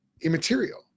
immaterial